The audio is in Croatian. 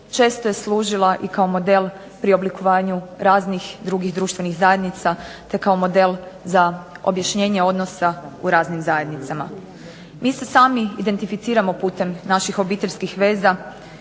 često je služila i kao model pri oblikovanju raznih drugih društvenih zajednica, te kao model za objašnjenje odnosa u raznim zajednicama. Mi se sami identificiramo putem naših obiteljskih veza,